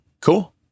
cool